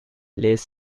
les